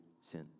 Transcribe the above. sin